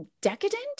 decadent